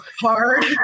hard